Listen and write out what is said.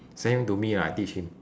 same to me lah I teach him